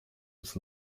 with